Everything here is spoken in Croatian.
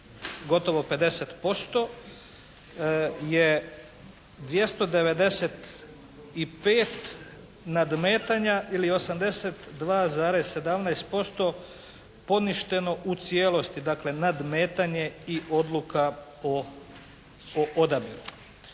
gotovo 50% je 295 nadmetanja ili 82,17% poništeno u cijelosti, dakle nadmetanje i odluka o odabiru.